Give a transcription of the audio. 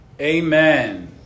Amen